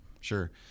Sure